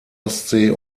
ostsee